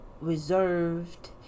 reserved